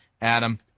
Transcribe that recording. Adam